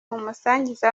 umusangiza